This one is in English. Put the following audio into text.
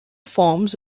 forms